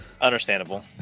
Understandable